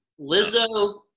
Lizzo